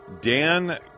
Dan